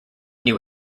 new